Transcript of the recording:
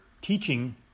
teaching